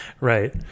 Right